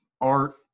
art